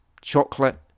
chocolate